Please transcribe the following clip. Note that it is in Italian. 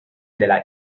della